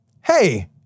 hey—